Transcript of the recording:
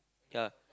ya